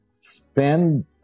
Spend